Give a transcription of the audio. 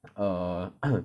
err